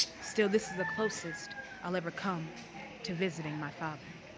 still, this is the closest i'll ever come to visiting my father.